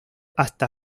hasta